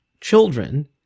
children